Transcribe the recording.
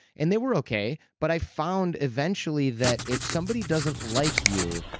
and they were okay, but i found eventually that if somebody doesn't like you,